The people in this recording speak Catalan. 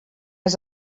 has